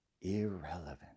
irrelevant